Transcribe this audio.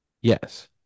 Yes